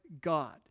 God